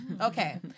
Okay